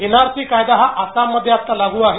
NRC हा कायदा आसाममध्ये आता लागू आहे